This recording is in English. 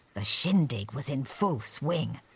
the shindig was in full swing.